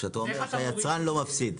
כזאת, כשאתה אומר שהיצרן לא מפסיד?